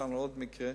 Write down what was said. פורסם עוד מקרה